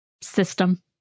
system